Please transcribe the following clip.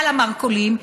על המרכולים,